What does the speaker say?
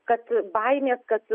kad baimė kad